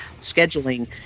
scheduling